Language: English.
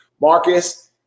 Marcus